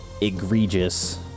egregious